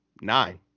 nine